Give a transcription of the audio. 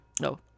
No